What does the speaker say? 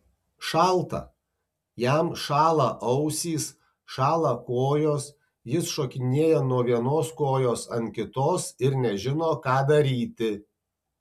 šalta jam šąla ausys šąla kojos jis šokinėja nuo vienos kojos ant kitos ir nežino ką daryti